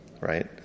Right